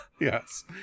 yes